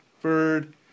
Bird